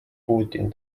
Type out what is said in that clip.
putin